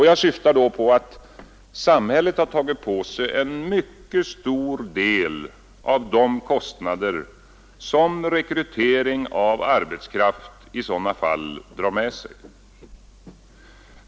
Jag avser då att samhället har tagit på sig en mycket stor del av de kostnader som rekrytering av arbetskraft i sådana fall drar med sig.